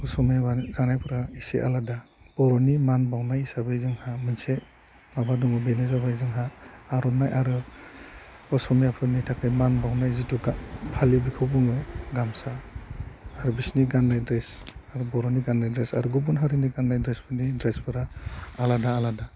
असमिया जानायफ्रा इसे आलादा बर'नि मान बाउनाय हिसाबै जोंहा मोनसे माबा दङ बेनो जाबाय जोंहा आर'नाय आरो असमियाफोरनि थाखाय मान बाउनाय जिथु फालि बेखौ बुङो गामसा आरो बिसोरनि गान्नाय ड्रेस आरो बर'नि गान्नाय ड्रेस आरो गुबुन गुबुन हारिनि गान्नाय ड्रेसफोरनि ड्रेसफोरा आलादा आलादा